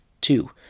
Two